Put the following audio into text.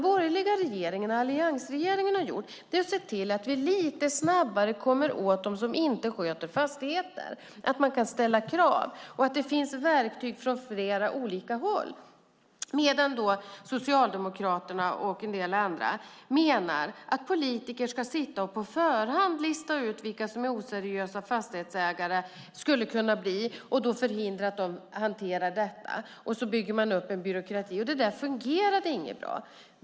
Det alliansregeringen har gjort är att se till att vi lite snabbare kommer åt dem som inte sköter fastigheter, att man kan ställa krav och att det finns verktyg från flera olika håll, medan Socialdemokraterna och en del andra menar att politiker på förhand ska lista ut vilka som skulle kunna bli oseriösa fastighetsägare och förhindra att de hanterar fastigheter. Så bygger man upp en byråkrati. Det där fungerade inget bra.